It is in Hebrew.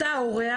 אתה אורח,